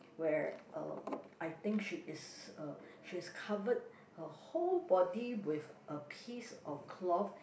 where uh I think she is uh she has covered her whole body with a piece of cloth